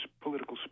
political